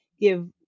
give